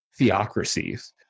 theocracies